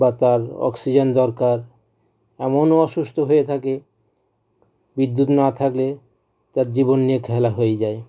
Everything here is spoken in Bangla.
বা তার অক্সিজেন দরকার এমনও অসুস্থ হয়ে থাকে বিদ্যুৎ না থাকলে তার জীবন নিয়ে খেলা হয়ে যায়